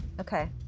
Okay